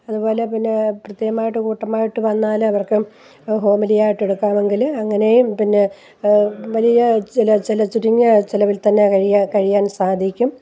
അതുപോലെ പിന്നെ കൃത്യമായിട്ട് കൂട്ടമായിട്ട് വന്നാൽ അവർക്കും ഹോംലിയായിട്ട് എടുക്കാമെങ്കിൽ അങ്ങനെയും പിന്നെ വലിയ ചില ചില ചുരുങ്ങിയ ചെലവിൽ തന്നെ കഴിയാൻ കഴിയാൻ സാധിക്കും